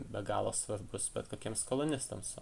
be galo svarbus bet kokiems kolonistams